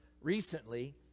recently